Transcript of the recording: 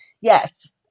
Yes